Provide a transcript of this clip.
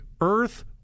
Earth